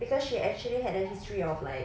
cause she actually had a history of like